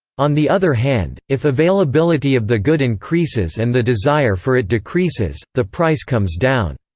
on the other hand, if availability of the good increases and the desire for it decreases, the price comes down.